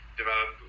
develop